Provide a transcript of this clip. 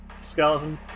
skeleton